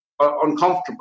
uncomfortable